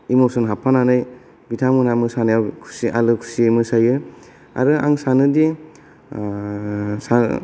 इमसन हाबफानानै बिथां मोनहा मोसानायाव खुसि आलोखुसि मोसायो आरो आं सानोदि